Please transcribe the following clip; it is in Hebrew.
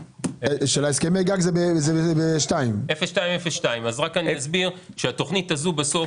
הסכמי הגג בתכנית מספר 2. 02-02. אני אסביר שהתכנית הזאת בסוף,